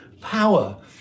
power